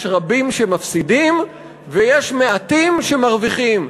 יש רבים שמפסידים ויש מעטים שמרוויחים,